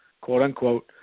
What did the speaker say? quote-unquote